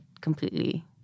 completely